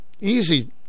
easy